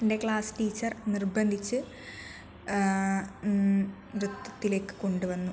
എൻറ്റെ class teacher നിർബന്ധിച്ച് ന്യത്തത്തിലേക്ക് കൊണ്ടു വന്നു